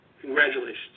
Congratulations